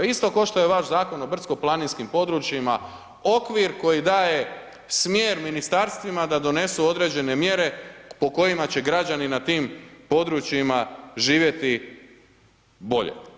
Isto kao što je vaš Zakon o brdsko-planinskim područjima okvir koji daje smjer Ministarstvima da donesu određene mjere po kojima će građani na tim područjima živjeti bolje.